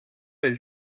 del